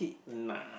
nah